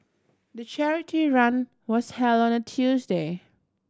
the charity run was held on a Tuesday